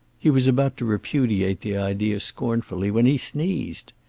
he was about to repudiate the idea scornfully, when he sneezed!